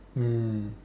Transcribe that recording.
mm